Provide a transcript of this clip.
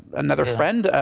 another friend,